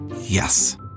Yes